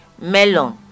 melon